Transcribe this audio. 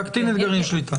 להקטין את גרעין השליטה.